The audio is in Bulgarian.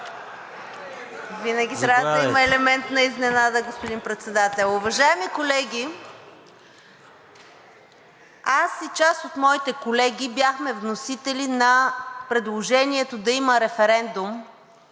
Винаги трябва да има елемент на изненада, господин Председател. Уважаеми колеги, аз и част от моите колеги бяхме вносители на предложението да има референдум